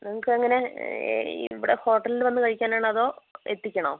നിങ്ങൾക്ക് എങ്ങനെ ഇവിടെ ഹോട്ടലിൽ വന്ന് കഴിക്കാനാണോ അതോ എത്തിക്കണോ